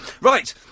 Right